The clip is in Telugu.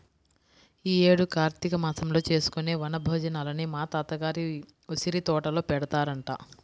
యీ యేడు కార్తీక మాసంలో చేసుకునే వన భోజనాలని మా తాత గారి ఉసిరితోటలో పెడతారంట